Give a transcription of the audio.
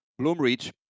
Bloomreach